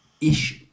issue